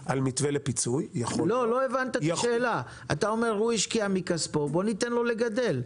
סחר בביצים, עושים סחר במכסות ביצים.